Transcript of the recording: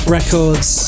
Records